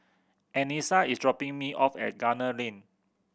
Anissa is dropping me off at Gunner Lane